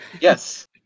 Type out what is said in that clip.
Yes